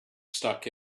stuck